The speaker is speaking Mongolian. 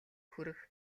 хүрэх